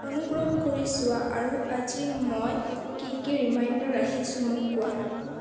অনুগ্ৰহ কৰি চোৱা আৰু আজি মই কি কি ৰিমাইণ্ডাৰ ৰাখিছো মোক কোৱা